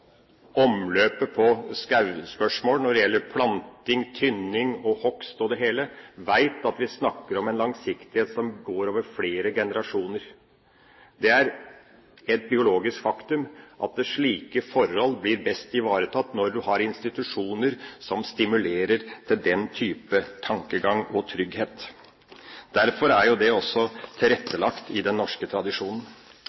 omløpet i skogspørsmål når det gjelder planting, tynning, hogst og det hele, vet at vi snakker om en langsiktighet som går over flere generasjoner. Det er et biologisk faktum at slike forhold blir best ivaretatt når en har institusjoner som stimulerer til den type tankegang og trygghet. Derfor er det også